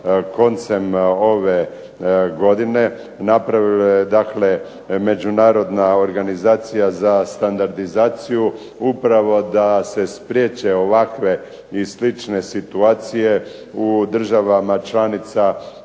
koncem ove godine. Napravila ju je dakle Međunarodna organizacija za standardizaciju upravo da se spriječe ovakve i slične situacije u državAma članica